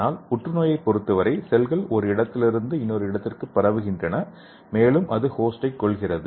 ஆனால் புற்றுநோயைப் பொறுத்தவரை செல்கள் ஒரு இடத்திலிருந்து இன்னொரு இடத்திற்கு பரவுகின்றன மேலும் அது ஹோஸ்டைக் கொல்கிறது